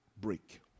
break